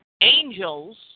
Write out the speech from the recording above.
angels